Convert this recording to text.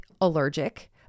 allergic